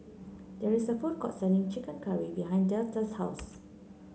there is a food court selling chicken curry behind Deetta's house